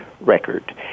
record